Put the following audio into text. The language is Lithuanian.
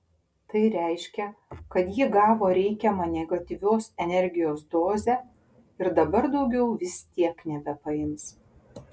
tai reiškia kad ji gavo reikiamą negatyvios energijos dozę ir dabar daugiau vis tiek nebepaims